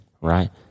right